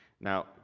Now